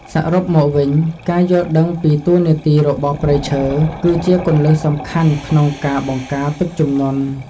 សរុបមកវិញ ការយល់ដឹងពីតួនាទីរបស់ព្រៃឈើ គឺជាគន្លឹះសំខាន់ក្នុងការបង្ការទឹកជំនន់។